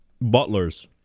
butlers